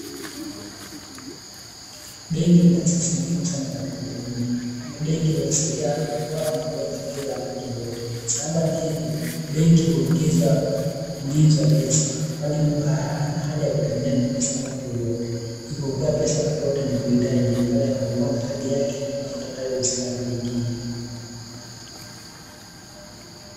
Benki ni taasisi muhimu sana katika jamii, kwani benki huwasaidia watu kutoa na kuweka fedha wakati wowote. Sambamba na hivyo benki huongeza ulinzi wa pesa, kwani mtu hana haja ya kutembea na pesa wakati wowote. Hivyo hutoa pesa wakati wowote anapohitaji, pale anapokuwa na kadi yake na kupata tawi husika la benki hiyo.